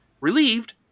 Relieved